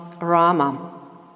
Rama